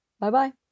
Bye-bye